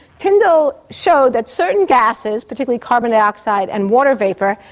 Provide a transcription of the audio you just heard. tyndall showed that certain gases, particularly carbon dioxide and water vapour,